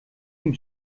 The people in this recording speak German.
ihm